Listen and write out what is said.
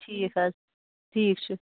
ٹھیٖک حظ ٹھیٖک چھُ